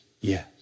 Yes